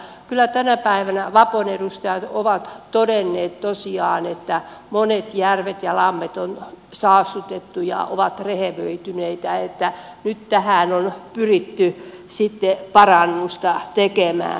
kyllä tänä päivänä vapon edustajat ovat todenneet tosiaan että monet järvet ja lammet on saastutettu ja ovat rehevöityneitä ja nyt tähän on pyritty sitten parannusta tekemään